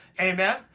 Amen